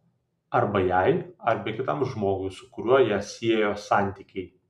arba jai arba kitam žmogui su kuriuo ją siejo santykiai